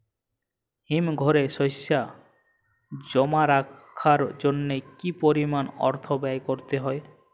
হিমঘরে শসা জমা রাখার জন্য কি পরিমাণ অর্থ ব্যয় করতে হয়?